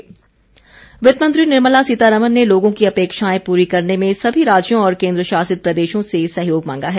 वित्त मंत्री वित्तमंत्री निर्मला सीतारामन ने लोगों की अपेक्षाएं पूरी करने में सभी राज्यों और केन्द्र शासित प्रदेशों से सहयोग मांगा है